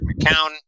mccown